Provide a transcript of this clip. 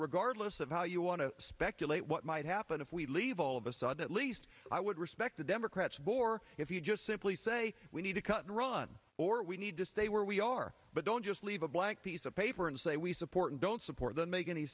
regardless of how you want to speculate what might happen if we leave all of a sudden at least i would respect the democrats war if you just simply say we need to cut and run or we need to stay where we are but don't just leave a blank piece of paper and say we support and don't support that make any